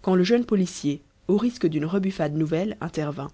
quand le jeune policier au risque d'une rebuffade nouvelle intervint